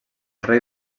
rei